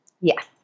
Yes